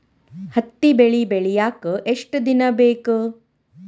ಹತ್ತಿ ಬೆಳಿ ಬೆಳಿಯಾಕ್ ಎಷ್ಟ ದಿನ ಬೇಕ್?